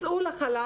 הוצאו לחל"ת,